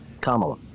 Kamala